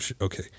Okay